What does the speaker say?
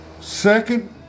Second